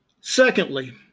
Secondly